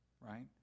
right